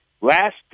Last